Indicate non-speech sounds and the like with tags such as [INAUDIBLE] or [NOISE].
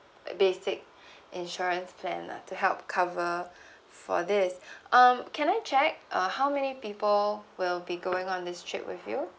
like basic insurance plan lah to help cover [BREATH] for this [BREATH] um can I check uh how many people will be going on this trip with you